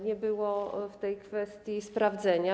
Nie było w tej kwestii sprawdzenia.